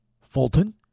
Fulton